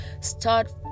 start